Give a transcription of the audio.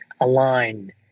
align